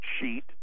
sheet